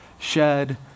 shed